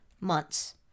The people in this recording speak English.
months